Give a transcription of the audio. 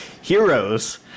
heroes